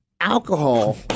alcohol